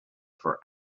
for